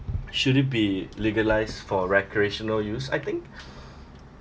should it be legalised for recreational use I think